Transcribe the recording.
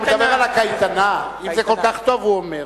הוא מדבר על הקייטנה, אם זה כל כך טוב, הוא אומר.